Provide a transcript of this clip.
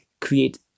create